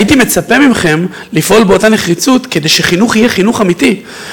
הייתי מצפה מכם לפעול באותה נחרצות כדי שהחינוך יהיה חינוך אמיתי,